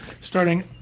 Starting